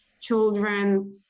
children